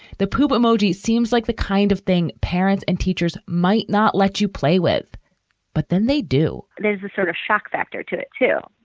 the poop emoji seems like the kind of thing parents and teachers might not let you play with but then they do. there's a sort of shock factor to it too,